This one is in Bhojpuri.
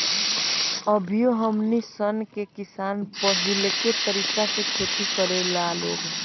अभियो हमनी सन के किसान पाहिलके तरीका से खेती करेला लोग